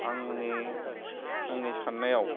आंनि आंनि सान्नायाव